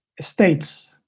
states